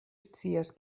scias